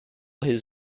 his